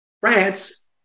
France